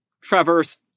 traverse